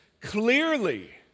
Clearly